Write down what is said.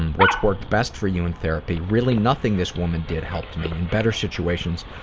what's worked best for you in therapy? really nothing this woman did helped me, in better situations,